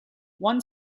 one